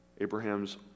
Abraham's